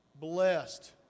Blessed